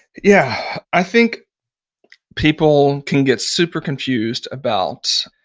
yeah. i think people can get super confused about,